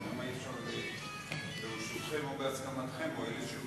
למה אי-אפשר ברשותכם ובהסכמתם לשנות